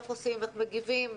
איך מגיבים,